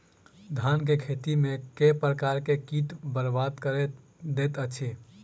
धान केँ खेती मे केँ प्रकार केँ कीट बरबाद कड़ी दैत अछि?